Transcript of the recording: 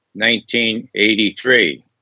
1983